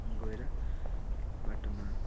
गएर बाटोमा